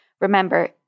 Remember